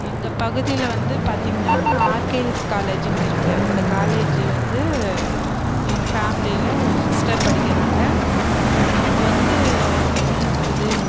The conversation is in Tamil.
எங்கள் பகுதியில் வந்து பார்த்தீங்கனா ஆர்கேஎஸ் காலேஜ்ன்னு இருக்குது அந்த காலேஜ் வந்து எங்கள் ஃபேம்லியில் ஒரு சிஸ்டர் படிக்கிறாங்க அவங்க வந்து என்னென்றது